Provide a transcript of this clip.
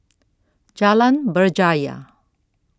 Jalan Berjaya